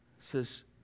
Says